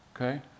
Okay